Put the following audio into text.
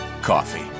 coffee